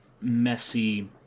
messy